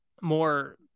more